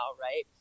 right